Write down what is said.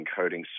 encoding